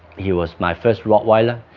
he was my first rottweiler